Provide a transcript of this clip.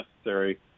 necessary